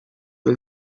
del